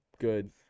Good